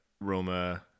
Roma